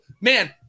man